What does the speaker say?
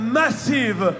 massive